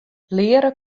leare